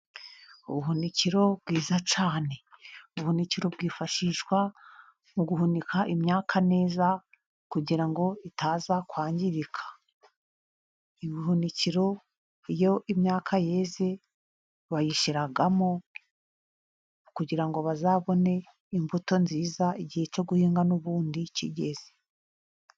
Ubuhunikiro bwiza cyane ,ubunikiro bwifashishwa mu guhunika imyaka neza, kugira ngo itaza kwangirika .Ubuhunikiro iyo imyaka yeze bayishyiramo ,kugira ngo bazabone imbuto nziza, igihe cyo guhinga n'ubundi kigeze.